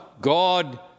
God